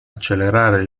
accelerare